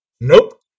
Nope